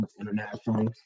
internationally